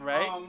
Right